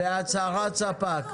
בהצהרת ספק.